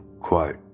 quote